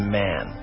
man